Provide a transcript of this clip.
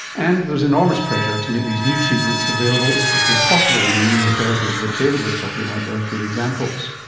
and there is enormous pressure to make these new treatments available as quickly as possible, and the immunotherapies that david was talking about are good examples.